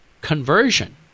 conversion